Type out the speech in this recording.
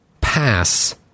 Pass